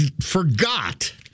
forgot